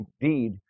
indeed